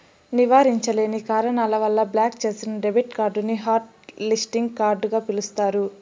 నివారించలేని కారణాల వల్ల బ్లాక్ చేసిన డెబిట్ కార్డుని హాట్ లిస్టింగ్ కార్డుగ పిలుస్తారు